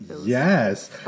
yes